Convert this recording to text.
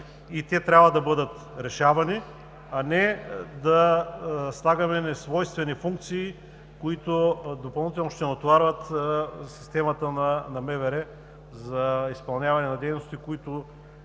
те трябва да бъдат решавани, а не да слагаме несвойствени функции, които допълнително ще натоварват системата на МВР за изпълняване на дейности, които